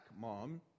mom